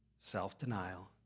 self-denial